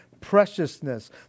preciousness